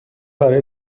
برای